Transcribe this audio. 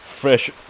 fresh